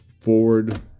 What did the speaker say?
forward